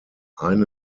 eine